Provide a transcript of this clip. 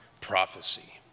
prophecy